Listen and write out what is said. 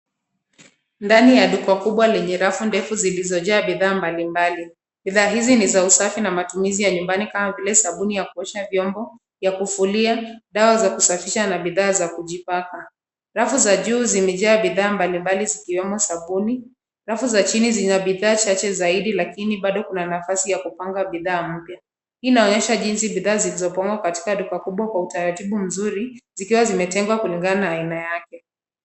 Ndani ya duka kubwa lenye rafu ndefu zilizojaa bidhaa mbalimbali. Bidhaa hizi ni za usafi na matumizi ya nyumbani kama vile sabuni ya kuosha vyombo, ya kufulia, dawa za kusafisha na bidhaa za kujipaka. Rafu za juu zimejaa bidhaa mbalimbali zikwemo sabuni, rafu za chini zina bidhaa chache zaidi lakini bado kuna nafasi ya kupanga bidhaa mpya. Hii inaonyesha jinsi bidhaa zilizopangwa katika duka kubwa kwa utaratibu mzuri zikiwa zimetengwa kulingana na aina yake.